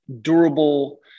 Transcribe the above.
durable